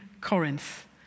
Corinth